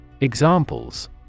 Examples